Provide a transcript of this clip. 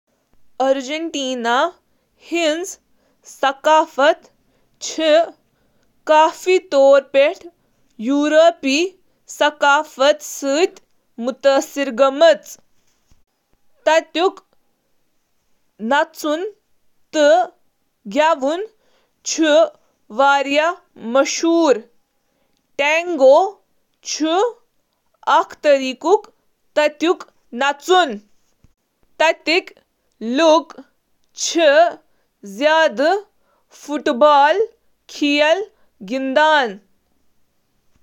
ارجنٹیناہک ثقافت چِھ یورپی تہٕ امیرانڈین اثراتن ہنٛد امتزاج، مختلف علاقائی تہٕ نسلی اختلافاتن سۭتۍ: مذہب ارجنٹینا چُھ بنیادی طورس پیٹھ رومن کیتھولک، فیشن، ٹینگو، کھین، کاروبار تہٕ باقی شٲمل۔